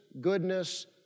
goodness